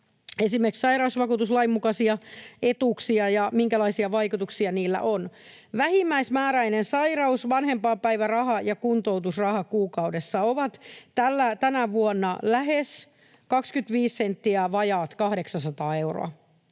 esimerkiksi sairausvakuutuslain mukaisia etuuksia ja sitä, minkälaisia vaikutuksia niillä on. Vähimmäismääräinen sairaus-, vanhempainpäiväraha ja kuntoutusraha kuukaudessa ovat tänä vuonna lähes 25 senttiä vajaat 800 euroa.